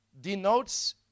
denotes